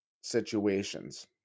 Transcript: situations